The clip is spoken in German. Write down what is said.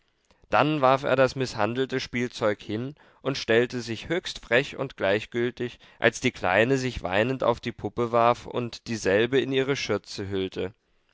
dann warf er das mißhandelte spielzeug hin und stellte sich höchst frech und gleichgültig als die kleine sich weinend auf die puppe warf und dieselbe in ihre schürze hüllte